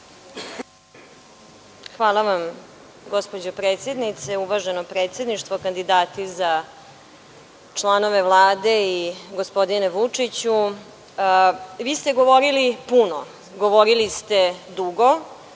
Hvala vam gospođo predsednice, uvaženo predsedništvo, kandidati za članove Vlade i gospodinu Vučiću, vi ste govorili puno, govorili ste dugo.